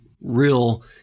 real